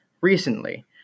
recently